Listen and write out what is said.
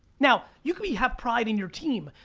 now, you can have pride in your team,